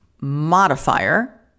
modifier